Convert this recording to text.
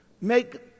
Make